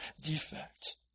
defect